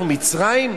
אנחנו מצרים,